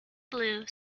blue